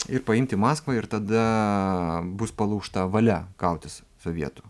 ir paimti maskvą ir tada bus palaužta valia kautis sovietų